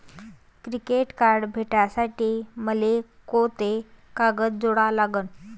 Credit card भेटासाठी मले कोंते कागद जोडा लागन?